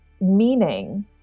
meaning